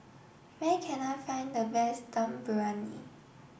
where can I find the best Dum Briyani